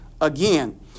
again